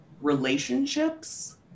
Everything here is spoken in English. relationships